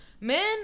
men